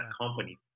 company